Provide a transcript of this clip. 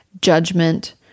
judgment